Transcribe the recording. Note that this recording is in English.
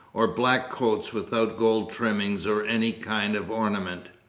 or black coats without gold trimmings or any kind of ornament.